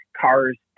cars